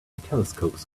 telescopes